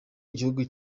igihugu